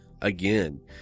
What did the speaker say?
again